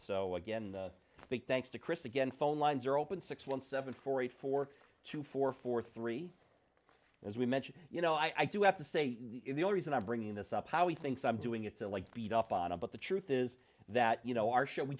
so again the big thanks to chris again phone lines are open six one seven forty four two four four three as we mentioned you know i do have to say the only reason i'm bringing this up how he thinks i'm doing it so like beat up on him but the truth is that you know our sh